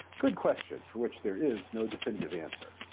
good question, for which there is no definitive answer.